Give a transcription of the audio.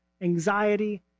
anxiety